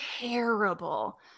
terrible